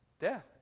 Death